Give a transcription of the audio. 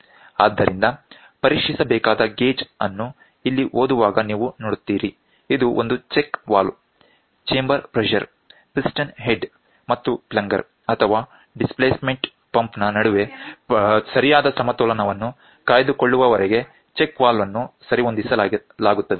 ಆದ್ದರಿಂದ ಪರೀಕ್ಷಿಸಬೇಕಾದ ಗೇಜ್ ಅನ್ನು ಇಲ್ಲಿ ಓದುವಾಗ ನೀವು ನೋಡುತ್ತೀರಿ ಇದು ಒಂದು check valve chamber pressure piston head ಮತ್ತು ಪ್ಲಂಗರ್ ಅಥವಾ ಡಿಸ್ಪ್ಲೇಸ್ಮೆಂಟ್ ಪಂಪನ ನಡುವೆ ಸರಿಯಾದ ಸಮತೋಲನವನ್ನು ಕಾಯ್ದುಕೊಳ್ಳುವವರೆಗೆ ಚೆಕ್ ವಾಲ್ವ್ ಅನ್ನು ಸರಿಹೊಂದಿಸಲಾಗುತ್ತದೆ